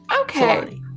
Okay